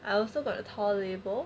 I also got a tall label